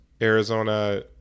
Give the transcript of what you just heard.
Arizona